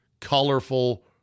colorful